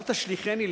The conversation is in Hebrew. אל תעשו ממני,